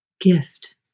gift